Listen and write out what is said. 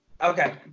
Okay